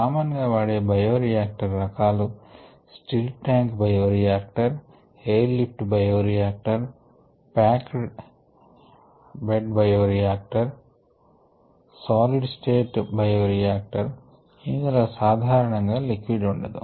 common గా వాడే bioreactor రకాలు stirred tank bioreactor air lift bioreactor packed bed bioreactor solid state bio రియాక్టర్ఇందులో సాధారణం గా లిక్విడ్ ఉండదు